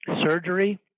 surgery